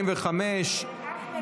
הצבעה.